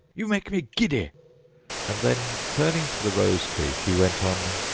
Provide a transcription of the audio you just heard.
you make me giddy and then, turning to the rose-tree, she went on,